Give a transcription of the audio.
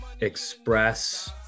express